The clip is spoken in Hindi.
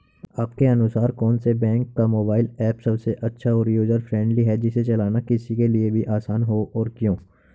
आपके अनुसार कौन से बैंक का मोबाइल ऐप सबसे अच्छा और यूजर फ्रेंडली है जिसे चलाना किसी के लिए भी आसान हो और क्यों?